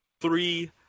Three